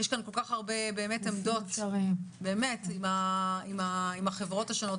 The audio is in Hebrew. יש כאן כל-כך הרבה באמת עמדות עם החברות השונות,